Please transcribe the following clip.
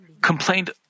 complained